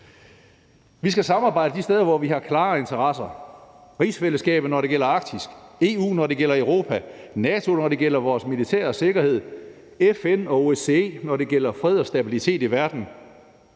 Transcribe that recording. Vi skal samarbejde de steder, hvor vi har klare interesser: rigsfællesskabet, når det gælder Arktis; EU, når det gælder Europa; NATO, når det gælder vores militære sikkerhed; FN og OSCE, når det gælder fred og stabilitet i verden.